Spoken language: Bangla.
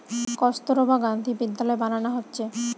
কস্তুরবা গান্ধী বিদ্যালয় বানানা হচ্ছে